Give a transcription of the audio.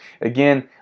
again